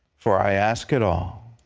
for i ask it all